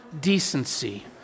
decency